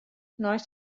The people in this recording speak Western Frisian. neist